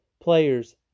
players